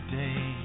day